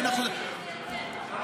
שרון